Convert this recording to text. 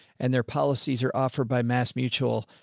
and their policies are offered by mass mutual.